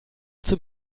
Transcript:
zum